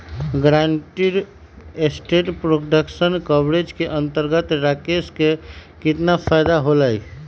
Guaranteed asset protection coverage के अंतर्गत राकेश के कितना फायदा होलय?